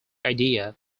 idea